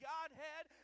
Godhead